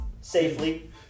Safely